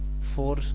four